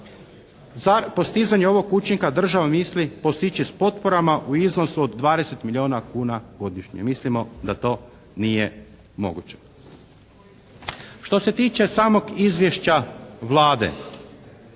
Za postizanje ovog učinka država misli postići s potporama u iznosu od 20 milijuna kuna godišnje. Mislimo da to nije moguće. Što se tiče samog izvješća Vlade,